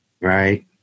right